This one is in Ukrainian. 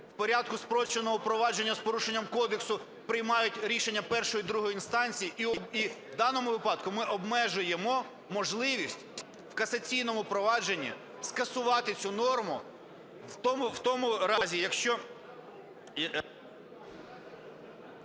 в порядку спрощеного провадження з порушення кодексу приймають рішення першої-другої інстанції. І в даному випадку ми обмежуємо можливість в касаційному провадженні скасувати цю норму в тому разі, якщо…